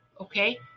okay